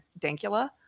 dankula